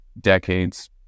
decades